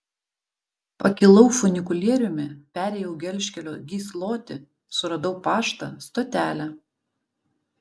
pakilau funikulieriumi perėjau gelžkelio gyslotį suradau paštą stotelę